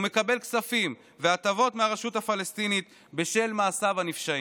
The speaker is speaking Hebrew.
והוא מקבל כספים והטבות מהרשות הפלסטינית בשל מעשיו הנפשעים.